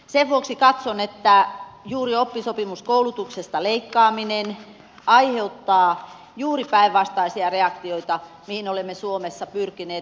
sen vuoksi katson että juuri oppisopimuskoulutuksesta leikkaaminen aiheuttaa juuri päinvastaisia reaktioita mihin olemme suomessa pyrkineet